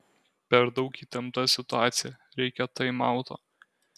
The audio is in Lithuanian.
per daug įtempta situacija reikia taimauto